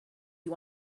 you